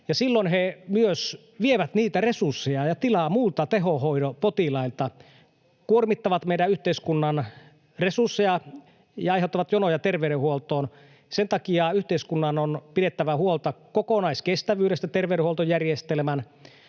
silloin he myös vievät niitä resursseja ja tilaa muilta tehohoidon potilailta, kuormittavat meidän yhteiskuntamme resursseja ja aiheuttavat jonoja terveydenhuoltoon. Sen takia yhteiskunnan on pidettävä huolta terveydenhuoltojärjestelmän